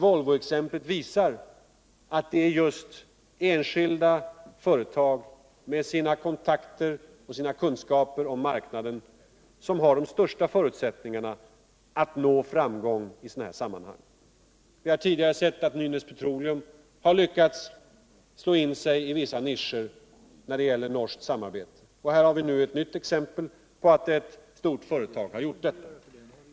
Volvoexemplet visar att det är just enskilda företag med sina kontakter och kunskaper om marknaden som har de största förutsättningarna att nå framgång I sådana här sammanhang. Vi har tidigare sett att Nynäs Petroleum har lyckats slå in sig i vissa nischer när det gäller norskt samarbete. Här har vi ett nytt exempel på eu stort företag som lyckats med något sådant.